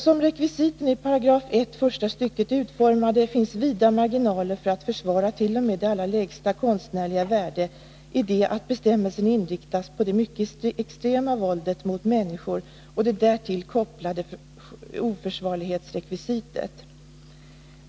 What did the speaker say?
Som rekvisiten i 1 § första stycket är utformade finns vida marginaler för att försvara t.o.m. det allra lägsta konstnärliga värdet, i det att bestämmelsen inriktas på det mycket extrema våldet mot människor och det därtill kopplade oförsvarlighetsrekvisitet.